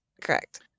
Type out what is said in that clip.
Correct